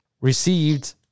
received